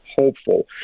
hopeful